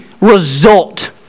result